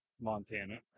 Montana